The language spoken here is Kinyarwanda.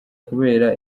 kubera